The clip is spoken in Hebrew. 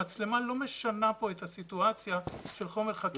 המצלמה לא משנה פה את הסיטואציה של חומר חקירתי.